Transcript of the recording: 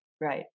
right